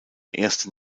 erste